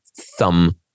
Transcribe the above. thumb